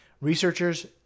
Researchers